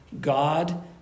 God